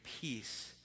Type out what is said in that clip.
peace